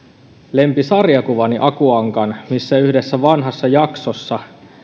lempisarjakuvani aku ankan missä yhdessä vanhassa jaksossa